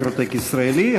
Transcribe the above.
אגריטק ישראלי,